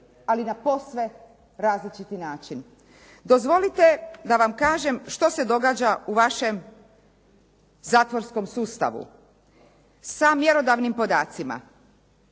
ali na posve različiti način. Dozvolite da vam kažem što se događa u vašem zatvorskom sustavu sa mjerodavnim podacima